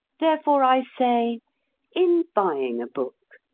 therefore i say in buying a book,